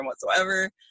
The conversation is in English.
whatsoever